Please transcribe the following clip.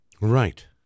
Right